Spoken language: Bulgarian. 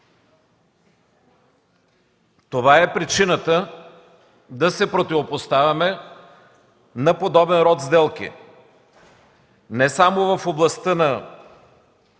Това е причината да се противопоставяме на подобен род сделки – не само в областта на